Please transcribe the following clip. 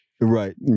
Right